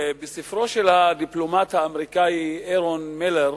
בספרו של הדיפלומט האמריקני ארון מילר,